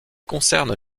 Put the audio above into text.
concerne